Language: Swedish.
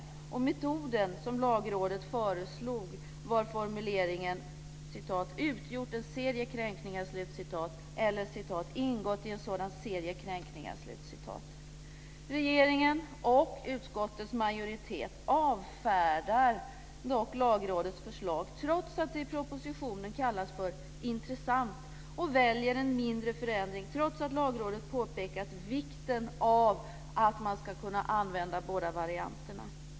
När det gäller metoden som Lagrådet föreslog var formuleringen: "- utgjort en serie kränkningar -" eller "- ingått i en serie av sådana kränkningar -". Regeringen och utskottets majoritet avfärdar dock Lagrådets förslag, trots att det i propositionen kallas för intressant, och väljer en mindre förändring, trots att Lagrådet påpekat vikten av att man ska kunna använda båda varianterna.